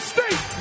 State